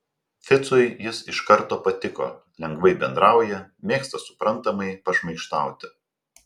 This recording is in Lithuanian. ficui jis iš karto patiko lengvai bendrauja mėgsta suprantamai pašmaikštauti